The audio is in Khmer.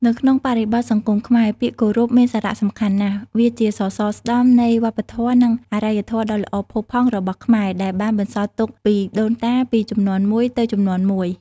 នៅក្នុងបរិបទសង្គមខ្មែរ ពាក្យគោរពមានសារៈសំខាន់ណាស់ វាជាសសរស្តម្ភនៃវប្បធម៌ និងអរិយធម៌ដ៏ល្អផូរផង់របស់ខ្មែរ ដែលបានបន្សល់ទុកពីដូនតាពីជំនាន់មួយទៅជំនាន់មួយ។